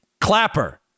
Clapper